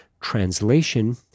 translation